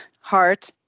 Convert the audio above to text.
heart